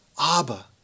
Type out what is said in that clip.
Abba